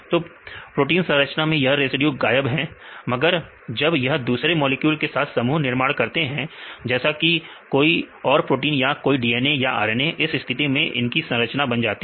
तो प्रोटीन संरचना में यह रेसिड्यूज गायब है मगर जब यह दूसरे मॉलिक्यूल के साथ समूह का निर्माण करते हैं जैसे कि कोई और प्रोटीन या फिर DNA या RNA इस स्थिति में इनकी संरचना बन जाती है